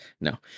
No